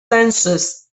census